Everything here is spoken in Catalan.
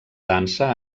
dansa